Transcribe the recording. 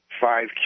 five